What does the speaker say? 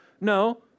No